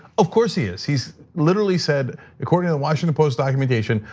of course he is, he's literally said according to the washington post documentation,